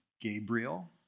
Gabriel